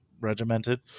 regimented